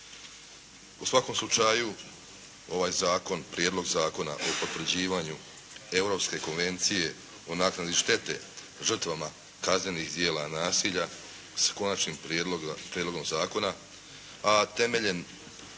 U svakom slučaju ovaj zakon, Prijedlog zakona o potvrđivanju Europske konvencije o naknadi štete žrtvama kaznenih djela nasilja s konačnim prijedlogom zakona, a temeljen na